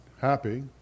Happy